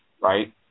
right